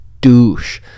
douche